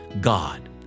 God